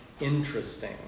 interesting